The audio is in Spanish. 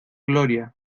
gloria